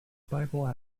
bible